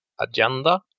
agenda